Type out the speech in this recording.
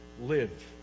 live